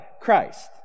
Christ